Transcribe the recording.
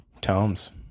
tomes